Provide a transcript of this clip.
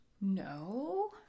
no